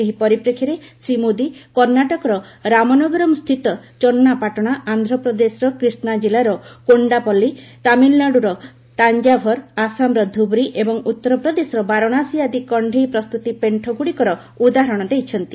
ଏହି ପରିପ୍ରେକ୍ଷୀରେ ଶ୍ରୀ ମୋଦି କର୍ଣ୍ଣାଟକର ରାମ୍ନଗରମ୍ ସ୍ଥିତ ଚନ୍ଦ୍ୱାପାଟଣା ଆନ୍ଧ୍ରପ୍ରଦେଶର କ୍ରିଷ୍ଣା ଜିଲ୍ଲାର କୋଣ୍ଡାପ୍ଲି ତାମିଲନାଡୁର ତାଞ୍ଜାଭର୍ ଆସାମର ଧୁବରୀ ଏବଂ ଉତ୍ତରପ୍ରଦେଶର ବାରଣାସୀ ଆଦି କଣ୍ଢେଇ ପ୍ରସ୍ତୁତି ପେଶ୍ଚ ଗୁଡ଼ିକର ଉଦାହରଣ ଦେଇଛନ୍ତି